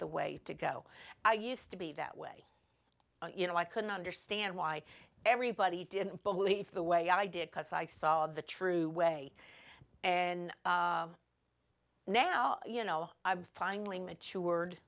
the way to go i used to be that way you know i couldn't understand why everybody didn't believe the way i did because i saw the true way and now you know i'm finally mature